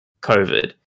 COVID